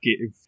give